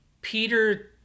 Peter